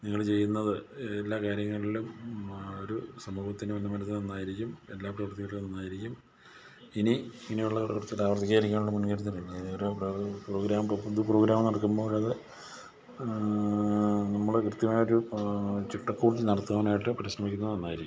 നിങ്ങൾ ചെയ്യുന്നത് എല്ലാ കാര്യങ്ങളിലും ഒരു സമൂഹത്തിന് ഉന്നമനത്തിന് നന്നായിരിക്കും എല്ലാ പ്രവൃത്തികളും നന്നായിരിക്കും ഇനി ഇങ്ങനെയുള്ള പ്രവർത്തികൾ ആവർത്തിക്കാതിരിക്കാനുള്ള മുൻകരുതലുകൾ അതായത് ഒരു പ്രോഗ്രാം പൊതു പ്രോഗ്രാം നടക്കുമ്പോൾ അത് നമ്മുടെ കൃത്യമായിട്ട് ചട്ടക്കൂടിൽ നടത്തുവാനായിട്ട് പരിശ്രമിക്കുന്നത് നന്നായിരിക്കും